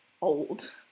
old